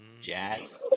Jazz